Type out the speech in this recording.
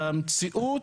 במציאות,